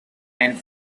and